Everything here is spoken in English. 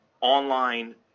online